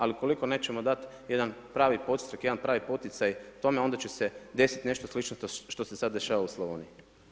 Ali, ukoliko nećemo dati jedan pravi, … jedan pravi poticaj tome, onda će se desiti nešto slično što se sada dešava u Slavoniji.